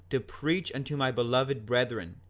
to preach unto my beloved brethren,